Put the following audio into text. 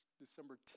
December